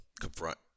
confront